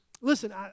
Listen